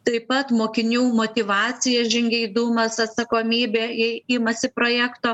taip pat mokinių motyvacija žingeidumas atsakomybė jei imasi projekto